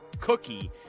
cookie